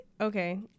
okay